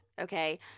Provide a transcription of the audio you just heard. okay